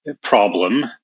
problem